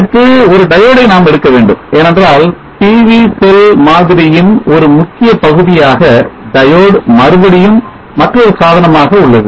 அடுத்து ஒரு Diode டை நாம் எடுக்க வேண்டும் ஏனென்றால் PV செல் மாதிரியின் ஒரு முக்கிய பகுதியாக Diode மறுபடியும் மற்றொரு சாதனமாக உள்ளது